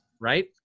Right